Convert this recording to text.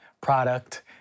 product